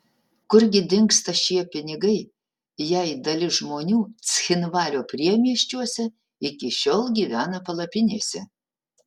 kur gi dingsta šie pinigai jei dalis žmonių cchinvalio priemiesčiuose iki šiol gyvena palapinėse